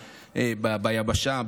ביבשה,